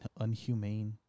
Unhumane